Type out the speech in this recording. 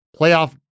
Playoff